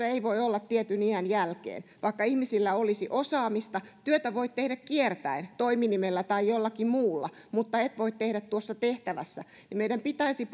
ei voi olla tietyn iän jälkeen vaikka ihmisillä olisi osaamista työtä voit tehdä kiertäen toiminimellä tai jollakin muulla mutta et voi tehdä tuossa tehtävässä meidän pitäisi